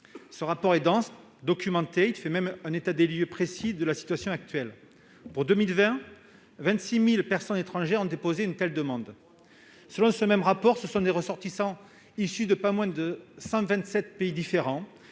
Ce rapport, dense et documenté, fait un état des lieux précis de la situation actuelle. Pour 2020, 26 000 personnes étrangères ont déposé une telle demande. Selon ce même rapport, des ressortissants issus de pas moins de 127 pays différents